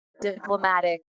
diplomatic